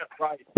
right